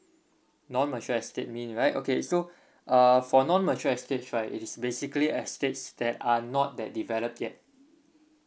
non mature estates mean right okay so uh for non mature estates right it is basically estates that are not that developed yet